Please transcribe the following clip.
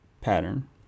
pattern